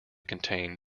contain